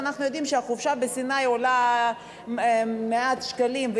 אנחנו יודעים שחופשה בסיני עולה מעט שקלים,